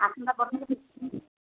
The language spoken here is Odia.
ଆସନ୍ତା